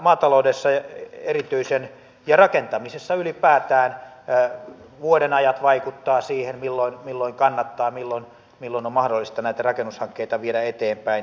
maataloudessa erityisesti ja rakentamisessa ylipäätään vuodenajat vaikuttavat siihen milloin kannattaa ja milloin on mahdollista näitä rakennushankkeita viedä eteenpäin